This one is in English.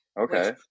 Okay